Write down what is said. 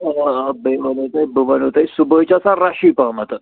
آ آ بٔے وَنو تۄہہِ بہٕ وَنو تۄہہِ صُبحٲے چھِ آسان رَشٕے پَہمَتھ